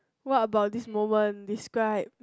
what about this moment describe